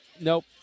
Nope